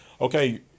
Okay